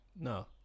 no